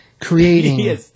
creating